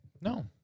No